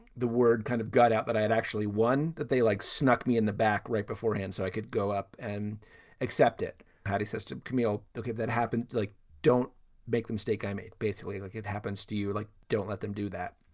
the word kind of got out that i had actually won that they, like, snuck me in the back right beforehand so i could go up and accept it. patti system. camille, look at that happen. like don't make the mistake i made. basically, look, it happens to you. like, don't let them do that.